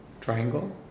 triangle